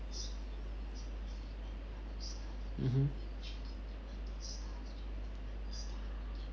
mmhmm